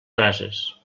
brases